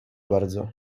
bardzo